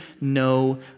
no